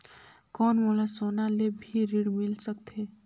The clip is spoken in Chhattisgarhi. कौन मोला सोना ले भी ऋण मिल सकथे?